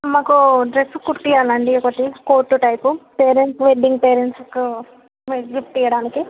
మాకు డ్రస్సు కుట్టిఇవ్వాలండి ఒకటి కోటు టైపు పేరెంట్స్ వెడ్డింగ్ పేరెంట్స్కి డ్రెస్ గిఫ్ట్ ఇవ్వడానికి